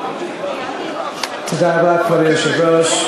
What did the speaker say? תודה רבה, כבוד היושב-ראש.